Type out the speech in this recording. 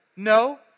No